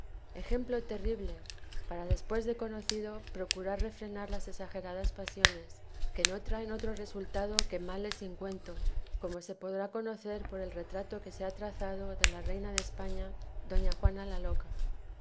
ejemplo terrible para despues de conocido procurar refrenar las exageradas pasiones que no traen otro resultado que males sin cuento como se podrá conocer por el retrato que se ha trazado de la reina de españa doña juana la loca